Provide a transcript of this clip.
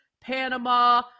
panama